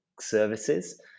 services